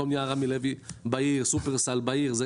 פה נהיה רמי לוי בעיר, שופרסל בעיר.